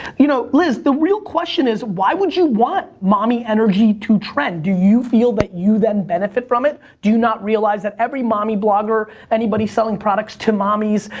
you know, liz, the real question is, why would you want mommy energy to trend? do you feel that you then benefit from it? do you not realize that every mommy blogger, anybody selling products to mommies,